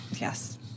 Yes